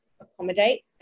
accommodate